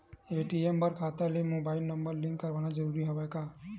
ATM बर खाता ले मुबाइल नम्बर लिंक करवाना ज़रूरी हवय का?